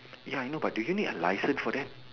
ya I know but do you need a licence for that